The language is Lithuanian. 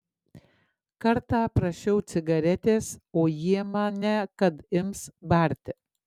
kartą prašiau cigaretės o jie mane kad ims barti